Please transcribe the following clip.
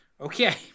Okay